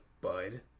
Bud